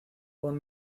bon